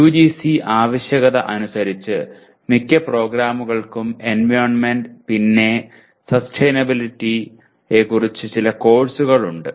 UGC ആവശ്യകത അനുസരിച്ച് മിക്ക പ്രോഗ്രാമുകൾക്കും എൻവിറോണ്മെന്റ് പിന്നെ സസ്റ്റൈനബിലിറ്റി യെക്കുറിച്ച് ചില കോഴ്സുകൾ ഉണ്ട്